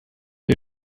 der